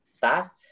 fast